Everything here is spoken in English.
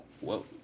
whoa